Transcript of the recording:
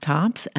Tops